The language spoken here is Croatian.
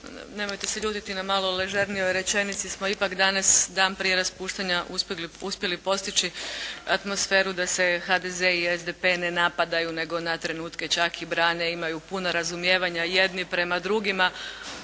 nemojte se ljutiti na malo ležernijoj rečenici, smo ipak danas, dan prije raspuštanja uspjeli postići atmosferu da se HDZ i SDP ne napadaju nego na trenutke čak i brane i imaju puno razumijevanja jedni prema drugima,